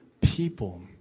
people